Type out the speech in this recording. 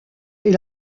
est